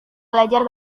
belajar